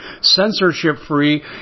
censorship-free